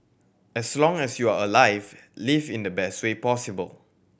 as long as you are alive live in the best way possible